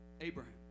Abraham